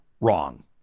wrong